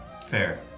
Fair